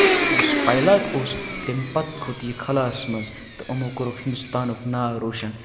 یُس پایلاٹ اوس تمہِ پَتہٕ کھوٚت یہِ خلاس منٛز تہٕ یِمو کوٚرُکھ ہِندوستانُک ناو روشَن